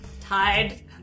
tied